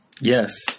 Yes